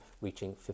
reaching